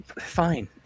Fine